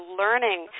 learning